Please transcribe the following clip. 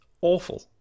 awful